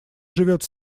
живет